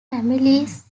families